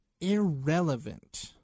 irrelevant